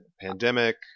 Pandemic